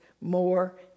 more